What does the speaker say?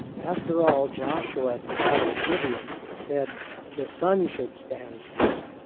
after all, joshua at the battle of gibeon, said the sun should stand still,